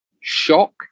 shock